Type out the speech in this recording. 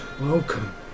Welcome